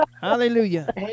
Hallelujah